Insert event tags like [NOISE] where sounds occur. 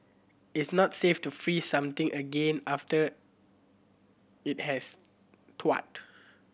it's not safe to freeze something again after it has [UNINTELLIGIBLE]